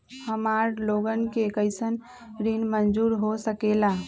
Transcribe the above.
हमार लोगन के कइसन ऋण मंजूर हो सकेला?